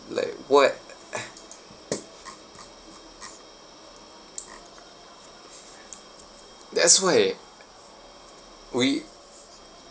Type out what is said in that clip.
like what that's why we